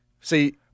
See